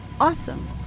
awesome